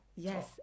Yes